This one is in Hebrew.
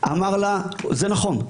אמר לה שזה נכון,